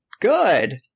Good